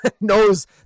knows